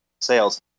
sales